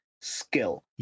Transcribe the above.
skill